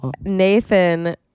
Nathan